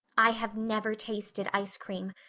i have never tasted ice cream.